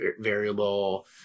variable